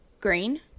Green